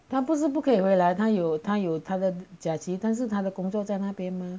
他不是不可以回来他有他有他的假期但是他的工作在那边吗